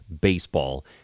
baseball